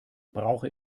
brauche